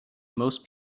most